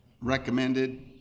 recommended